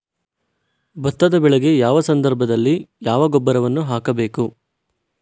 ಭತ್ತದ ಬೆಳೆಗೆ ಯಾವ ಸಂದರ್ಭದಲ್ಲಿ ಯಾವ ಗೊಬ್ಬರವನ್ನು ಹಾಕಬೇಕು?